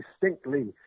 distinctly